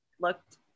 looked